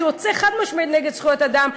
שיוצא חד-משמעית נגד זכויות אדם,